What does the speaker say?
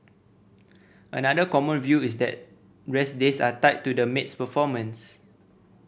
another common view is that rest days are tied to the maid's performance